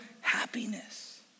happiness